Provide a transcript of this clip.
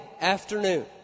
afternoon